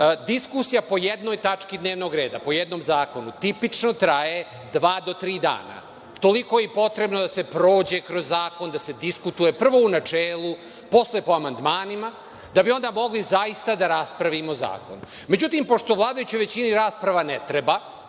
diskusija po jednoj tački dnevnog reda, po jednom zakonu, tipično traje dva do tri dana. Toliko je i potrebno da se prođe kroz zakon, da se diskutuje, prvo u načelu, posle po amandmanima, da bi onda mogli zaista da raspravimo zakon. Međutim, pošto vladajućoj većini rasprava ne treba,